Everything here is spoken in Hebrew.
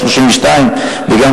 ב-2011,